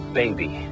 baby